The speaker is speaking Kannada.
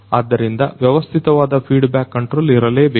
ಆದ್ದರಿಂದ ವ್ಯವಸ್ಥಿತವಾದ ಫೀಡ್ ಬ್ಯಾಕ್ ಕಂಟ್ರೋಲ್ ಇರಲೇಬೇಕು